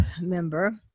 member